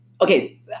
Okay